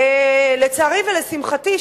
לצערי ולשמחתי,